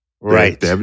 Right